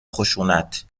خشونت